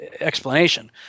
explanation